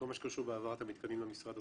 כל מה שקשור להעברת המתקנים למשרד.